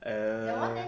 oh